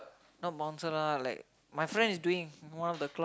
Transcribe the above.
not monster lah like my friend is doing one of the clock